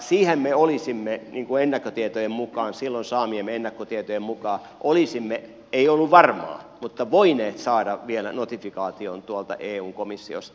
siihen me silloin saamiemme ennakkotietojen mukaan olisimme voineet saada ei ollut varmaa mutta voineet saada vielä notifikaation eun komissiosta